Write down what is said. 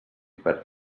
perd